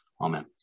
Amen